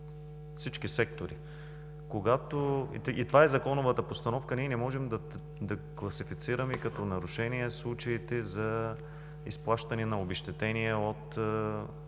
всички сектори. И това е законовата постановка – ние не можем да класифицираме като нарушение случаите за изплащане на обезщетения от